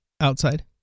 outside